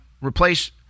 replace